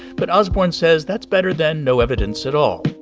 but osborn says that's better than no evidence at all